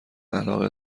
علاقه